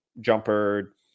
jumper